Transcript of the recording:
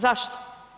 Zašto?